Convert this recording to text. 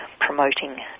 promoting